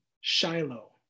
Shiloh